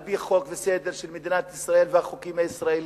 על-פי חוק וסדר של מדינת ישראל והחוקים הישראליים,